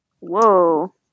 Whoa